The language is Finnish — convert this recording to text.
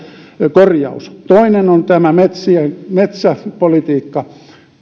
korjaus toinen on tämä metsäpolitiikka